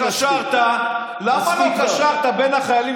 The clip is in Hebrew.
חבר הכנסת קושניר, מספיק, באמת מספיק.